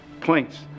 points